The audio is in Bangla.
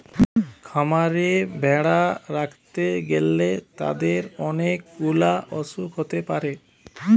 খামারে ভেড়া রাখতে গ্যালে তাদের অনেক গুলা অসুখ হতে পারে